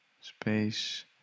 space